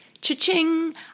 cha-ching